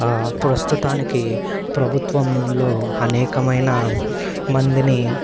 ప్రస్తుతానికి ప్రభుత్వంలో అనేకమైన మందిని